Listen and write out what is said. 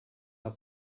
her